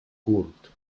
curt